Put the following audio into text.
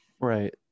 Right